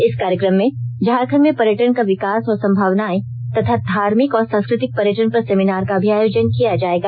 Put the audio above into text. इस कार्यक्रम में झारखंड में पर्यटन का विकास और संभावनाए तथा धार्मिक और सांस्कृतिक पर्यटन पर सेमिनार का भी आयोजन किया जाएगा